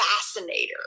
fascinator